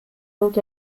old